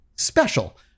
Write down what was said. special